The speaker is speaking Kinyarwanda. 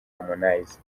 harmonize